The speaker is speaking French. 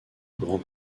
grand